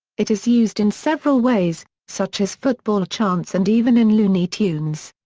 it is used in several ways, such as football chants and even in looney tunes.